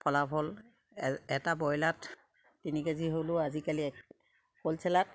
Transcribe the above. ফলাফল এটা ব্ৰইলাৰত তিনি কেজি হ'লেও আজিকালি এক হ'লচেলত